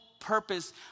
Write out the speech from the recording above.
purpose